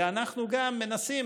ואנחנו גם מנסים,